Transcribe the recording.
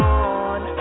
on